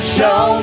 Show